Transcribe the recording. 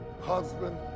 husband